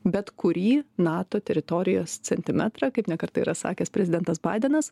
bet kurį nato teritorijos centimetrą kaip ne kartą yra sakęs prezidentas baidenas